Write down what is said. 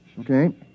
Okay